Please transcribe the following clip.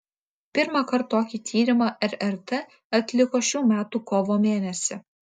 pirmąkart tokį tyrimą rrt atliko šių metų kovo mėnesį